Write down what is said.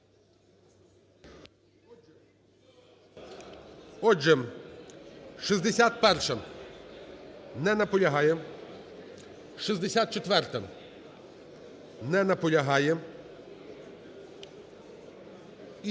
Отже, 61-а. Не наполягає. 64-а. Не наполягає.